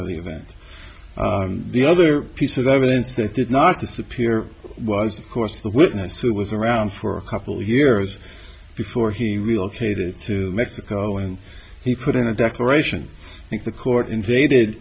of the event the other piece of evidence that did not disappear was course the witness who was around for a couple of years before he reeled hated to mexico and he put in a declaration i think the court invaded